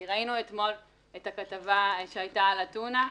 כי ראינו אתמול את הכתבה שהייתה על הטונה,